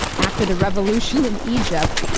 after the revolution in egypt,